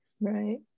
Right